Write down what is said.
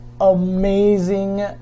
Amazing